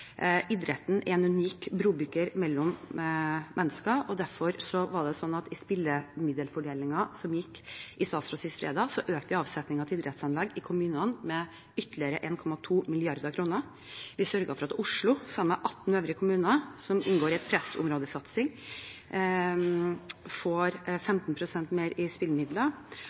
unik brobygger mellom mennesker. I spillemiddelfordelingen i statsråd sist fredag økte vi derfor avsetningen til idrettsanlegg i kommunene med ytterligere 1,2 mrd. kr. Vi sørget for at Oslo, sammen med 18 øvrige kommuner som inngår i en pressområdesatsing, får 15 pst. mer i spillemidler.